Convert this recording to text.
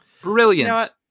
brilliant